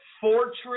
fortress